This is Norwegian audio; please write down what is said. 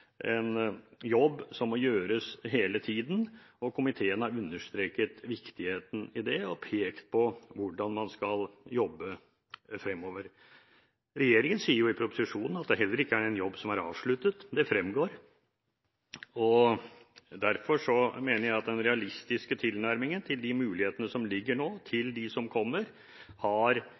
en jobb som må gjøres hele tiden. Komiteen har understreket viktigheten i det og pekt på hvordan man skal jobbe fremover. Regjeringen sier i proposisjonen at dette heller ikke er en jobb som er avsluttet. Det fremgår. Derfor mener jeg at den realistiske tilnærmingen til de mulighetene som foreligger nå, til det som kommer, har